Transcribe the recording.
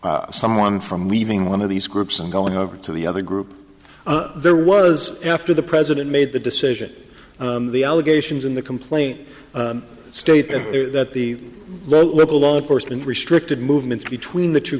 someone from leaving one of these groups and going over to the other group there was after the president made the decision the allegations in the complaint stated that the law enforcement restricted movements between the two